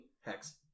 Hex